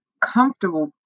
comfortable